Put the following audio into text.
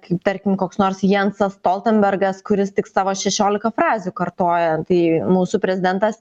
kaip tarkim koks nors jansas stoltenbergas kuris tik savo šešiolika frazių kartoja tai mūsų prezidentas